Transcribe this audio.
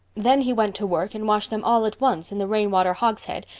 then he went to work and washed them all at once in the rainwater hogshead,